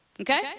Okay